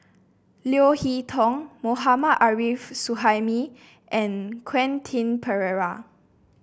Leo Hee Tong Mohammad Arif Suhaimi and Quentin Pereira